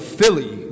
Philly